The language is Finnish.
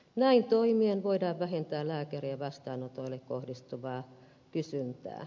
näin toimien voidaan vähentää lääkärien vastaanotoille kohdistuvaa kysyntää